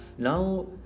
Now